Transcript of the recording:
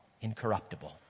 incorruptible